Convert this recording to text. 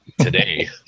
Today